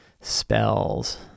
spells